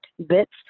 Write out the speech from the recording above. bits